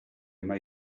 mai